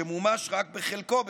שמומש רק בחלקו בינתיים,